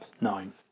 nine